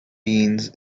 beans